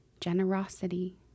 generosity